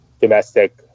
domestic